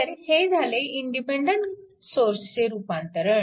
तर हे झाले इंडिपेन्डन्ट सोर्सचे रूपांतरण